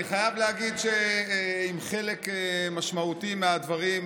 לפנים משורת הדין.